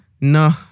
No